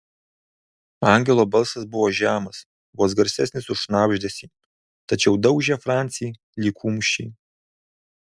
angelo balsas buvo žemas vos garsesnis už šnabždesį tačiau daužė francį lyg kumščiai